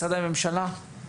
משרדי הממשלה, משהו נוסף?